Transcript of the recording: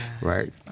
right